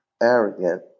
arrogant